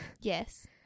Yes